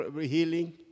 healing